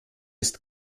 ist